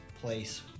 place